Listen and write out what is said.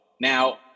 Now